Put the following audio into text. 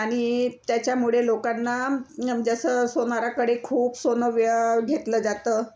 आणि त्याच्यामुळे लोकांना जसं सोनाराकडे खूप सोनं वे घेतलं जातं